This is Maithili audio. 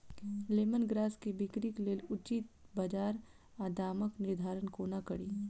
लेमन ग्रास केँ बिक्रीक लेल उचित बजार आ दामक निर्धारण कोना कड़ी?